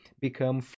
become